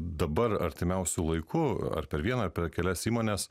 dabar artimiausiu laiku ar per vieną ar per kelias įmones